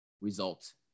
result